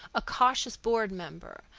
a cautious board member,